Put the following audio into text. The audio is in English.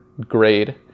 grade